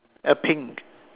a pink